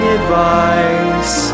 advice